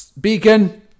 Beacon